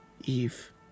Eve